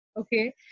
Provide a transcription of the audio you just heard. Okay